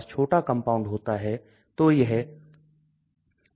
बे sodium लवण यहां जुड़ते हैं ताकि घुलनशीलता में सुधार हो